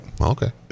okay